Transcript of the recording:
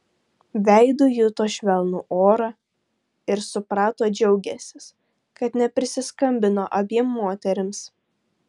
veidu juto švelnų orą ir suprato džiaugiąsis kad neprisiskambino abiem moterims